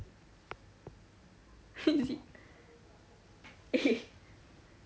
eh